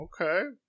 okay